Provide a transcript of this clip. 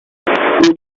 would